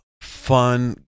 fun